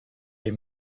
les